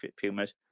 pumas